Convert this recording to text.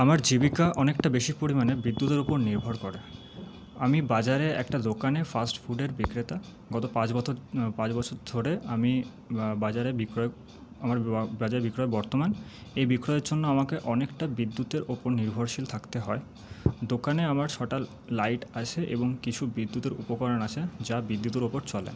আমার জীবিকা অনেকটা বেশি পরিমাণে বিদ্যুতের ওপর নির্ভর করে আমি বাজারে একটা দোকানে ফাস্ট ফুডের বিক্রেতা গত পাঁচ বছর পাঁচ বছর ধরে আমি বা বাজারে বিক্রয় আমার বাজার বিক্রয় বর্তমান এই বিক্রয়ের জন্য আমাকে অনেকটা বিদ্যুতের ওপর নির্ভরশীল থাকতে হয় দোকানে আমার ছটা লাইট আছে এবং কিছু বিদ্যুতের উপকরণ আছে যা বিদ্যুতের ওপর চলে